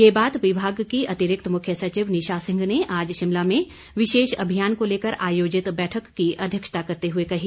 ये बात विभाग कि अतिरिक्त मुख्य सचिव नीशा सिंह ने आज शिमला में विशेष अभियान को लेकर आयोजित बैठक की अध्यक्षता करते हुए कही